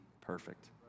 perfect